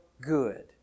good